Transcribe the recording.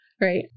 right